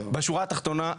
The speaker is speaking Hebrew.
בשורה התחתונה,